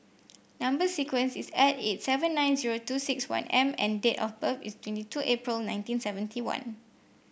number sequence is S eight seven nine zero two six one M and date of birth is twenty two April nineteen seventy one